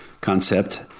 concept